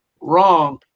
wrong